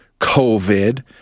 COVID